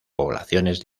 poblaciones